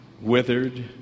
withered